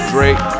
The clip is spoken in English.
Drake